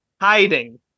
hiding